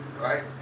right